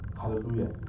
Hallelujah